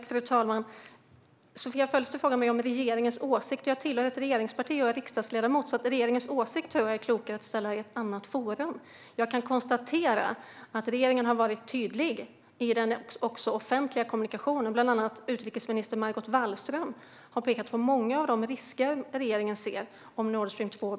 Fru talman! Sofia Fölster frågar mig om regeringens åsikt. Jag tillhör visserligen ett regeringsparti, men jag är riksdagsledamot. Frågor om regeringens åsikt är det klokare att ställa i ett annat forum. Men jag kan konstatera att regeringen har varit tydlig i den offentliga kommunikationen. Bland annat har utrikesminister Margot Wallström pekat på många av de risker regeringen ser med ett bygge av Nord Stream 2.